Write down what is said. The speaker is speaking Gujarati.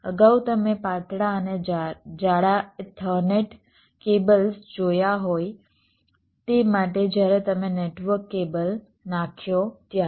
અગાઉ તમે પાતળા અને જાડા ઈથરનેટ કેબલ્સ જોયા હોય તે માટે જ્યારે તમે નેટવર્ક કેબલ નાખ્યો ત્યારે